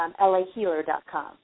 LAHealer.com